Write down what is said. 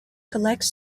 collects